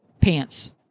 pants